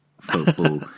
football